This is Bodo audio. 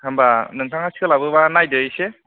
होम्बा नोंथाङा सोलाबोबा नायदो एसे